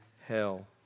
hell